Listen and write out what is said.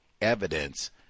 evidence